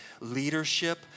Leadership